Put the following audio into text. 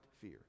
fear